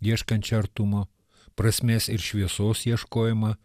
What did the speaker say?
ieškančią artumo prasmės ir šviesos ieškojimą